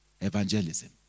evangelism